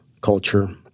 culture